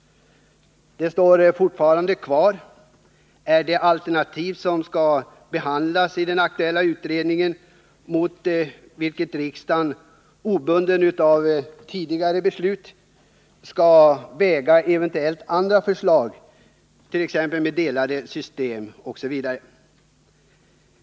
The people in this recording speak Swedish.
Det står fortfarande kvar och är det alternativ som skall behandlas i FADIR-utredningen och mot vilket riksdagen — obunden av tidigare beslut — skall väga eventuella andra förslag med t.ex. delade system m.m.